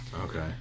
Okay